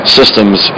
systems